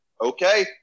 okay